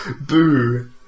Boo